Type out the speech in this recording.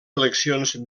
eleccions